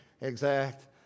exact